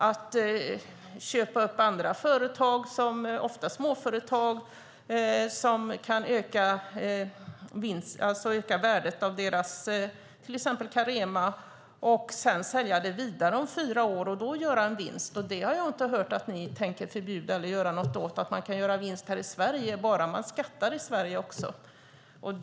De köper upp andra företag, ofta småföretag, som kan öka värdet av det egna företaget, till exempel Carema, och säljer dem sedan vidare om fyra år och kan då göra en vinst. Jag har inte hört att ni tänker förbjuda eller göra något åt att man kan göra vinst här i Sverige, bara man skattar här också.